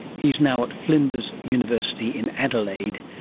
he's now at flinders university in adelaide,